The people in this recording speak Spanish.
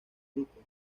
grupo